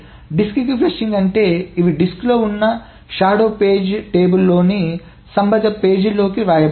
డిస్క్కి flushing అంటే ఇవి డిస్క్లో ఉన్న షాడో పేజీ పట్టికలోని సంబంధిత పేజీలకి వ్రాయబడతాయి